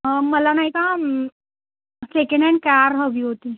मला ना एक सेकंड हॅन्ड कार हवी होती